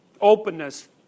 openness